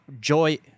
joy